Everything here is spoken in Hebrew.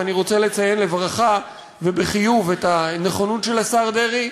ואני רוצה לציין לברכה ובחיוב את הנכונות של השר דרעי,